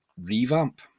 revamp